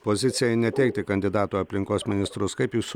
pozicijai neteikti kandidato į aplinkos ministrus kaip jūs